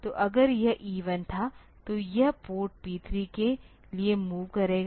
तो अगर यह इवन था तो यह पोर्ट P 3 के लिए मूव करेगा